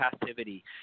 passivity